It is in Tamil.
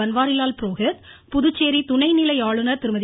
பன்வாரிலால் புரோகித் புதுச்சேரி துணை நிலை ஆளுநர் திருமதி